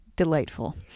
delightful